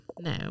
No